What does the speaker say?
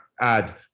add